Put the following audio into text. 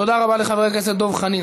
תודה רבה לחבר הכנסת דב חנין.